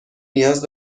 نیاز